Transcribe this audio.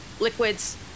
liquids